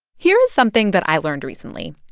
here is something that i learned recently.